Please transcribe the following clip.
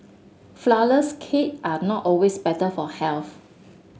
flourless cake are not always better for health